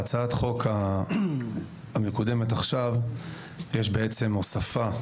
בהצעת החוק המקודמת עכשיו יש בעצם הוספה.